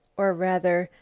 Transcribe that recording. or rather,